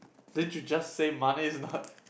didn't you just say money is not